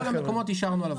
בכל המקומות השארנו.